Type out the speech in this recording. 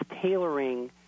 tailoring